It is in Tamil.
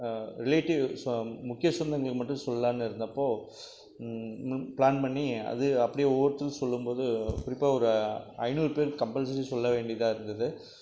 ரிலேட்டிவ்ஸ் முக்கிய சொந்தங்களுக்கு மட்டும் சொல்லலாம்னு இருந்தப்போ பிளான் பண்ணி அது அப்படியே ஒவ்வொருத்தரும் சொல்லும்போது குறிப்பாக ஒரு ஐநூறு பேருக்கு கம்பல்சரி சொல்ல வேண்டியதாக இருந்தது